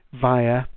via